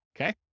Okay